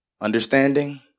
understanding